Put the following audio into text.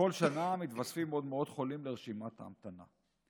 בכל שנה מתווספים עוד מאות חולים לרשימת ההמתנה.